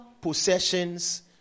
possessions